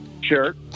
Sure